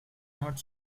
not